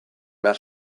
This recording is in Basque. behar